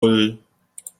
nan